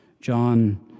John